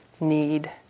need